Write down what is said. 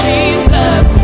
Jesus